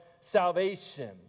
salvation